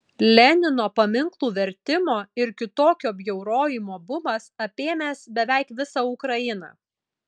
lenino paminklų vertimo ir kitokio bjaurojimo bumas apėmęs beveik visą ukrainą